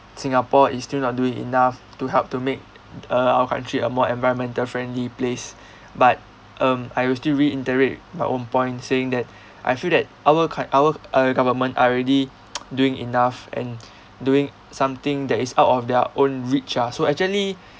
singapore is still not doing enough to help to make uh our country a more environmental friendly place but um I will still reiterate my own point saying that I feel that our co~ our uh government are already doing enough and doing something that is out of their own reach ah so actually